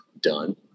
done